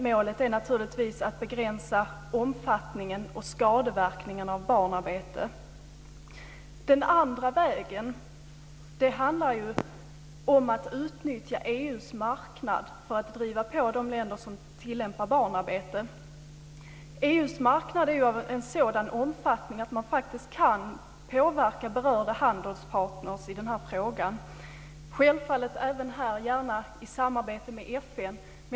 Målet är naturligtvis att begränsa omfattningen och skadeverkningen av barnarbete. Den andra vägen handlar om att utnyttja EU:s marknad för att driva på de länder som tillämpar barnarbete. EU:s marknad är av sådan omfattning att man faktiskt kan påverka berörda handelspartner i den här frågan. Självfallet även här gärna i samarbete med FN.